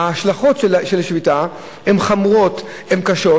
ההשלכות של שביתה הן חמורות, הן קשות,